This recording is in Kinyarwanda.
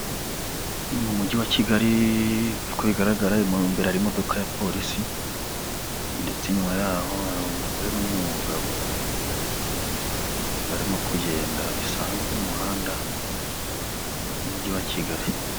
Ni mu mujyi wa Kigali, nk'uko bigaragara hari imodoka ya polisi ndetse inyuma yaho, hari umugore n'umugabo barimo kugenda bisanzwe mu muhanda, mu mujyi wa Kigali.